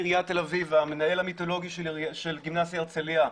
עיריית תל אביב והמנהל המיתולוגי של גימנסיה הרצליה,